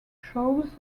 shows